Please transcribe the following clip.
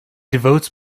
devotes